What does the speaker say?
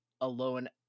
alone